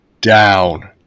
down